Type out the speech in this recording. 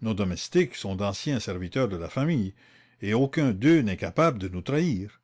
nos domestiques sont d'anciens serviteurs de la famille et aucun d'eux n'est capable de nous trahir